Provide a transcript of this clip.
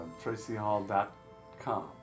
Tracyhall.com